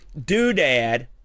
doodad